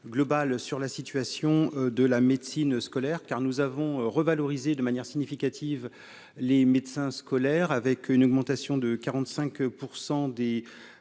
sur la situation de la médecine scolaire, car nous avons revalorisé de manière significative les médecins scolaires, avec une augmentation de 45 % des